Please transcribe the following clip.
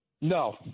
No